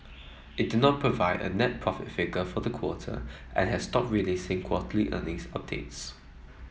it did not provide a net profit figure for the quarter and has stopped releasing quarterly earnings updates